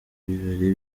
ibirori